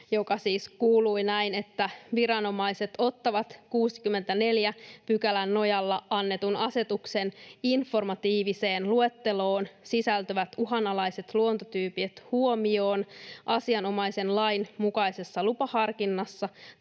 §, siis kuului näin: ”Viranomaiset ottavat 64 §:n nojalla annetun asetuksen informatiiviseen luetteloon sisältyvät uhanalaiset luontotyypit huomioon asianomaisen lain mukaisessa lupaharkinnassa